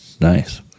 Nice